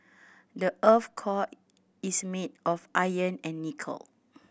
the earth core is made of iron and nickel